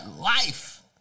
life